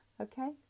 okay